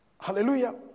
Hallelujah